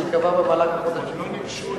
זה ייקבע במהלך החודשים הבאים.